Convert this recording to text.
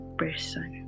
person